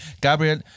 Gabriel